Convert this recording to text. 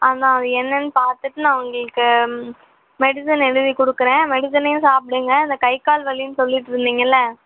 அதுதான் அது என்னன்னு பார்த்துட்டு நான் உங்களுக்கு மெடிஸன் எழுதி கொடுக்கறேன் மெடிஸனையும் சாப்பிடுங்க அந்த கை கால் வலின்னு சொல்லிட்டிருந்தீங்கள்ல